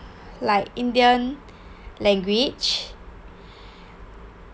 like indian language